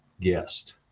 guest